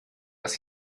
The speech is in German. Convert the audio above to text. was